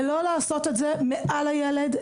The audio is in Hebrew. לא לעשות את זה מעל הילד,